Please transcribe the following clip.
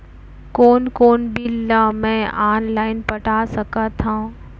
कोन कोन बिल ला मैं ऑनलाइन पटा सकत हव?